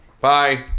Bye